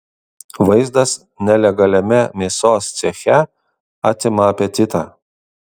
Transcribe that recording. vaizdas nelegaliame mėsos ceche atima apetitą